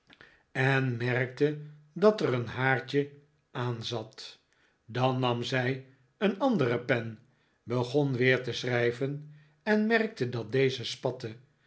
en merkte dat er een haartje aan zat dan nam zij een andere pen begon weer te schrijven en merkte dat deze spatte